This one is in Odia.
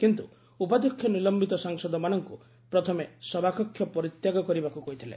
କିନ୍ତୁ ଉପାଧ୍ୟକ୍ଷ ନିଲୟିତ ସାଂସଦମାନଙ୍କୁ ପଥମେ ସଭାକକ୍ଷ ପରିତ୍ୟା କରିବାକୁ କହିଥିଲେ